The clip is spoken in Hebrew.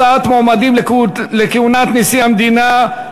הצעת מועמדים לכהונת נשיא המדינה),